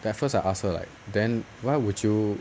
at first I ask her like then why would you